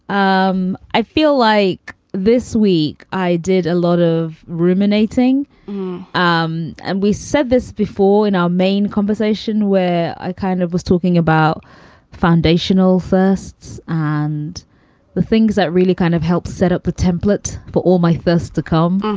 um i feel like this week i did a lot of ruminating um and we said this before in our main conversation where i kind of was talking about foundational firsts and the things that really kind of helped set up a template for all my first to come.